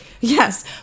Yes